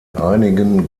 einigen